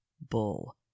Bull